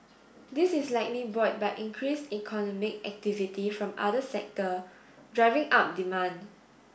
this is likely buoyed by increased economic activity from other sectors driving up demand